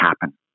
happen